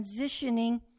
transitioning